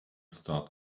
start